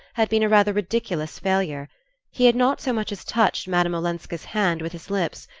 had been a rather ridiculous failure he had not so much as touched madame olenska's hand with his lips,